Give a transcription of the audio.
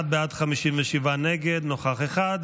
41 בעד, 57 נגד, נוכח אחד.